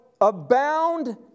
abound